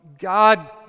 God